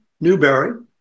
Newberry